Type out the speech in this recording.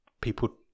people